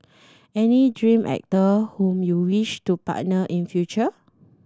any dream actor whom you wish to partner in future